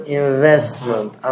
investment